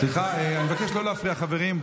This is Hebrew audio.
סליחה, אני מבקש לא להפריע, חברים.